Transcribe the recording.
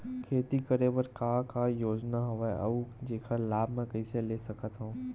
खेती करे बर का का योजना हवय अउ जेखर लाभ मैं कइसे ले सकत हव?